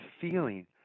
feeling